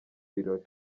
birori